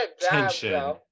tension